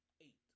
eight